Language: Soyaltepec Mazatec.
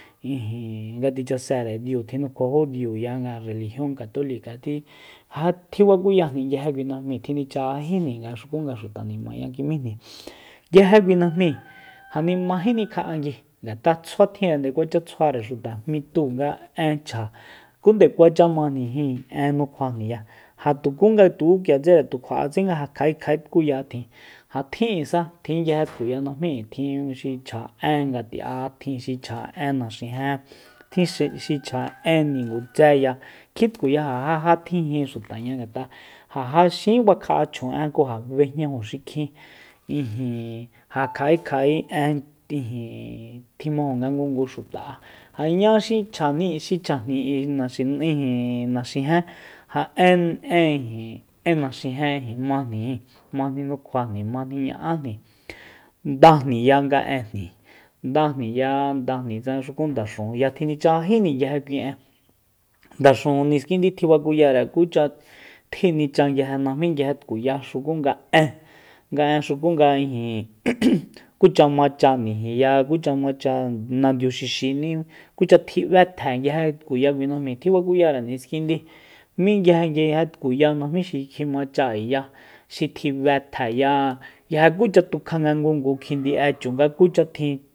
Ijin nga tjichasere diu tjinukjuajó diu nga relijion katolika tji ja tjibakuyajni nguije kui najmi tjinichajajíjni nga xuku nga xuta nimañá ki'mijni nguije kui najmi ja ni mají nikja'angui ngat'a rtsjuatjin nde kuacha tsjuare xuta jmitu nga en chja ku nde kuacha majni jin en nukjuajniya ja tukunga nga tuku k'iatsere tu kjua'etse nga ja kja'e kja'e tkuya tjin ja tjin k'uisa ja tjin nguije tkuya najmí k'ui tjin xi chja en ngati'a tjin xi chja en naxijen tjin xi- xi chja en ningutseya kjin tkuya ja jajatjijin xutaña ngat'a ja xin fa kja'a ckjun'e ku ja b'ejñaju xikjin ijin ja kja'e kja'e en ijin tjimajun nga ngungu xuta ja ña xi chja ni xichjajni k'ui naxi ijin naxijen ja en- en ijin en naxijen majnijin majni nukjuani majni ña'ajni ndajniya nga enjni ndajniya ndajni tsanga xuku ndaxujunya tjinichajajíjni kui en ndaxujun niskindi tjibakuyare kucha tjinicha nguije najmí nguije tkuya xukunga en nga en xukunga ijin kucha macha nijiya kucha macha nandiu xixini kucha tji'bé tje nguije tkuya kui najmi tjibakuyare niskindi nguije nguije tkuya najmí xi kjimacha k'ui ya xi tji be'etjeya nguije kucha tukja nga ngungu kjindi'e chu nga kucha tjin